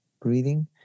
breathing